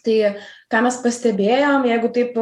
tai ką mes pastebėjom jeigu taip